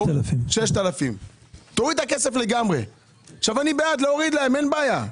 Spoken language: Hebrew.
6,000. 6,000. אני בעד להוריד להם, אין בעיה.